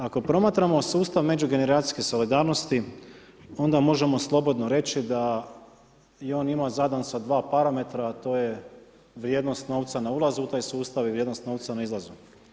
Ako promatramo sustav međugeneracijske solidarnosti onda možemo slobodno reći da je on njima zadan sa dva parametra a to je vrijednost novca na ulazu u taj sustav i vrijednost novca na izlazu.